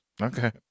Okay